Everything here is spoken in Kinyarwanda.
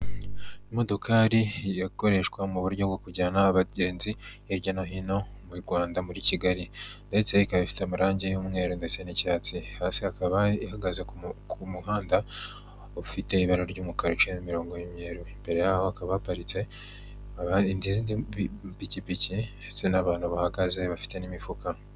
Imodokari irakoreshwa mu buryo bwo kujyana abagenzi hirya no hino mu Rwanda muri Kigali ndetse ikaba ifite amarange y'umweru ndetse n'icyatsi. Hasi hakaba hari ihagaze ku muhanda ufite ibara ry'umukara uciyemo imirongo y'imyeru. Imbere yaho hakaba haparitse ipikipiki ndetse n'abantu bahagaze bafite n'imifuka.